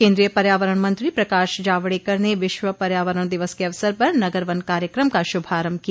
केन्द्रीय पर्यावरण मंत्री प्रकाश जावड़ेकर ने विश्व् पर्यावरण दिवस के अवसर पर नगर वन कार्यक्रम का श्रभारंभ किया